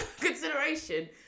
consideration